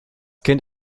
kind